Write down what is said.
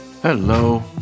Hello